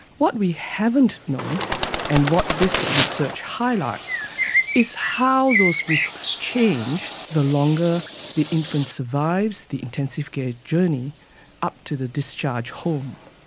what we haven't known and what this research highlights is how those risks change the longer the infant survives the intensive care journey up to the discharge home.